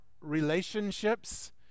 relationships